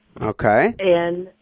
Okay